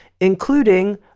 including